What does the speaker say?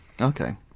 okay